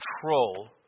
control